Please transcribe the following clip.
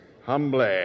humbly